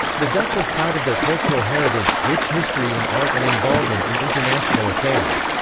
the dutch are proud of their cultural heritage rich history in art and involvement in international affairs.